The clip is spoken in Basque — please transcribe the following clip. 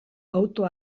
auto